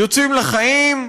יוצאים לחיים,